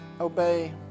obey